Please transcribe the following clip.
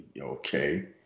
okay